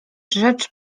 rzecz